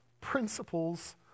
principles